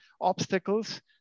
obstacles